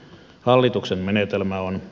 hallituksen menetelmä on